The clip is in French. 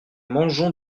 mangeons